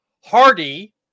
Hardy